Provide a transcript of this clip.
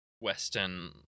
Western